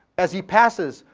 as he passes,